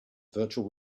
virtual